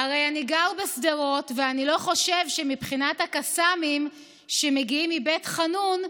"הרי אני גר בשדרות ואני לא חושב שמבחינת הקסאמים שמגיעים מבית חאנון,